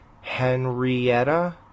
Henrietta